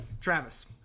Travis